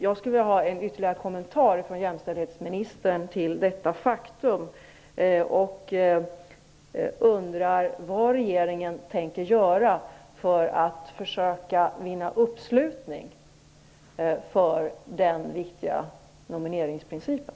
Jag skulle vilja ha en ytterligare kommentar från jämställdhetsministern till detta faktum. Jag undrar också vad regeringen tänker göra för att försöka vinna uppslutning för den viktiga nomineringsprincipen.